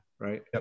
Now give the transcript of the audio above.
right